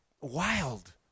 Wild